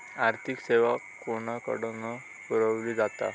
आर्थिक सेवा कोणाकडन पुरविली जाता?